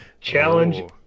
Challenge